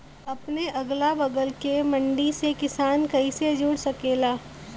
अपने अगला बगल के मंडी से किसान कइसे जुड़ सकेला?